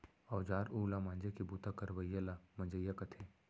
औजार उव ल मांजे के बूता करवइया ल मंजइया कथें